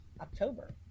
October